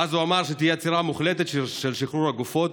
ואז הוא אמר שתהיה עצירה מוחלטת של שחרור הגופות,